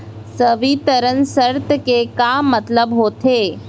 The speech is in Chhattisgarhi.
संवितरण शर्त के का मतलब होथे?